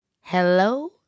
Hello